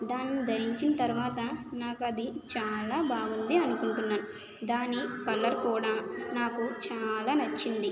దానిని ధరించిన తరువాత నాకు అది చాలా బాగుంది అనుకుంటున్నాను దాని కలర్ కూడా నాకు చాలా నచ్చింది